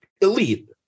elite